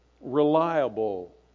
reliable